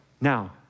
now